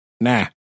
nah